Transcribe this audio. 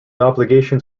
obligations